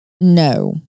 no